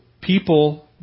people